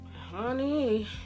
honey